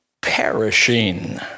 perishing